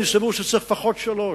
אני סבור שצריך לפחות שלוש.